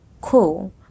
cool